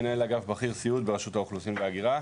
מנהל אגף בכיר סיעוד ברשות האוכלוסין וההגירה.